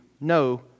no